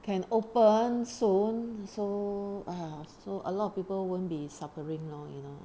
can open soon so a'ah so a lot of people won't be suffering lor you know